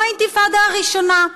כמו האינתיפאדה הראשונה.